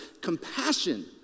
compassion